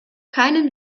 keinen